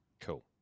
Cool